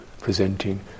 presenting